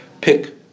Pick